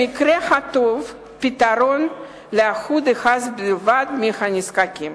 במקרה הטוב, פתרון ל-1% בלבד מהנזקקים.